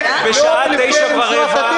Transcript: לכם שהבקשה שלכם לרביזיה תדחה את ההצבעה